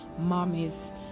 mommies